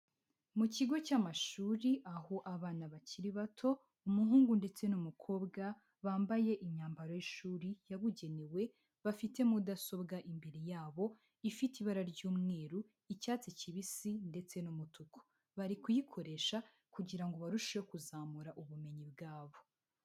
Mu kigo cy'amashuri aho abana bakiri bato, umuhungu ndetse n'umukobwa bambaye imyambaro y'ishuri yabugenewe, bafite mudasobwa imbere yabo ifite ibara ry'umweru, icyatsi kibisi ndetse n'umutuku. Bari kuyikoresha kugira ngo barusheho kuzamura ubumenyi bwabo.